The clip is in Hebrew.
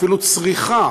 אפילו צריכה